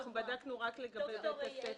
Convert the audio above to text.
בדקנו רק לגבי בית הספר.